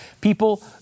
People